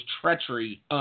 treachery